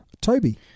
Toby